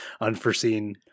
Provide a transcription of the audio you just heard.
unforeseen